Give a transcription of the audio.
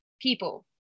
people